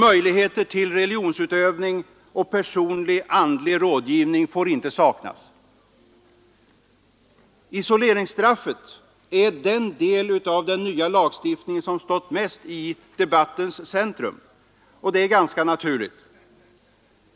Möjligheter till religionsutövning och personlig, andlig rådgivning får inte saknas. Isoleringsstraffet är den del av den nya lagstiftningen som stått mest i debattens centrum, och det är ganska naturligt.